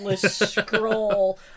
scroll